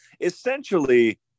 essentially